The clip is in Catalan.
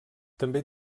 també